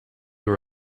were